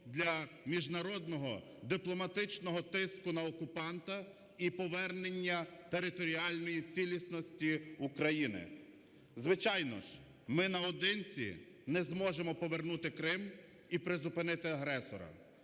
для міжнародного дипломатичного тиску на окупанта і повернення територіальної цілісності України. Звичайно ж, ми наодинці не зможемо повернути Крим і призупинити агресора,